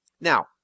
Now